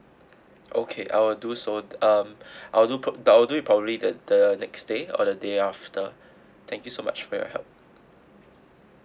okay I'll do so um I will do prob~ I will do it probably the the next day or the day after thank you so much for your help